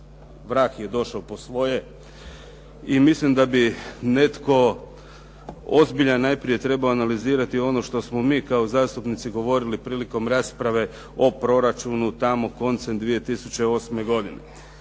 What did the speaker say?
vrag je došao po svoje i mislim da bi netko ozbiljan trebao analizirati ono što smo mi kao zastupnici govorili prilikom rasprave o proračunu tamo koncem 2008. godine.